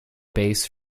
base